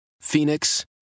Phoenix